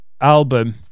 album